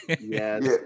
yes